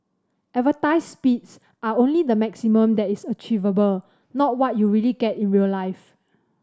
advertised speeds are only the maximum that is achievable not what you really get in real life